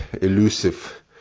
elusive